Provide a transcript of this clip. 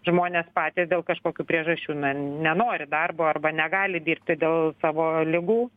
žmonės patys dėl kažkokių priežasčių na nenori darbo arba negali dirbti dėl savo ligų